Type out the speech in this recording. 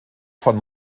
von